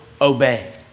obey